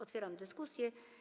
Otwieram dyskusję.